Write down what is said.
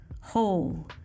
whole